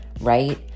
right